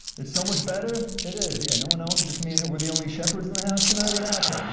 it's so much better? it is, yeah, no one else? it's just me and her? we're the only shepherds in the house tonight? what happened?